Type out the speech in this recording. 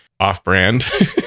off-brand